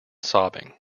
sobbing